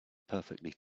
perfectly